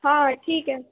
ہاں ٹھیک ہے